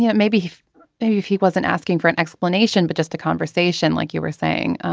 yeah maybe maybe if he wasn't asking for an explanation but just a conversation like you were saying.